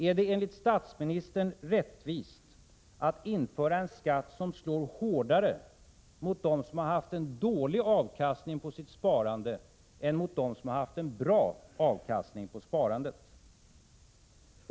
Är det enligt statsministern rättvist att införa en skatt, som slår hårdare mot dem som har haft en dålig avkastning på sitt sparande än mot dem som har haft en god avkastning på sparandet?